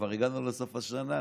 כבר הגענו לסוף השנה,